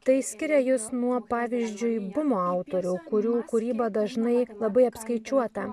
tai skiria jus nuo pavyzdžiui bumo autorių kurių kūryba dažnai labai apskaičiuota